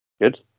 good